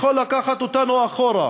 יכול לקחת אותנו אחורה,